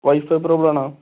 Y phi problem ആണോ